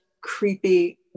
creepy